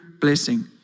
blessing